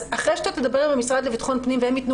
אז לפני שנדבר עם המשרד לביטחון הפנים והם יתנו